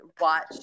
watch